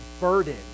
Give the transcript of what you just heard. burden